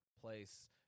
place